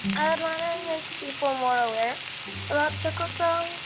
i'd want to make people more aware about sickle cell.